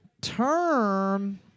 term